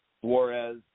Suarez